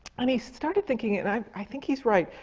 and he started thinking, and i think he's right,